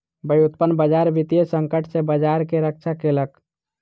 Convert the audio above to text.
व्युत्पन्न बजार वित्तीय संकट सॅ बजार के रक्षा केलक